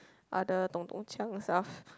other 咚咚锵 stuff